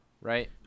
Right